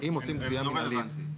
זה לא רלוונטי.